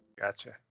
Gotcha